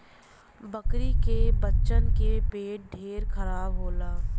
बकरी के बच्चन के पेट ढेर खराब होला